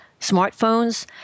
smartphones